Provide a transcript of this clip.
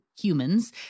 humans